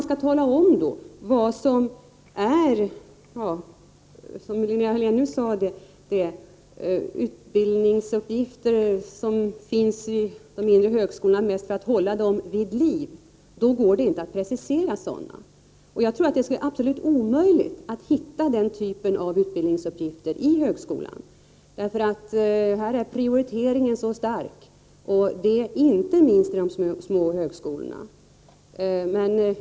Ni talar om sådana utbildningsuppgifter som mest skulle vara till för att hålla de mindre högskolorna vid liv, men ni kan inte precisera dem. Jag tror att det är absolut omöjligt att hitta denna typ av utbildningar i högskolan, därför att prioriteringen bland utbildningsbehoven är så stark, inte minst vid de små högskolorna.